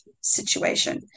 situation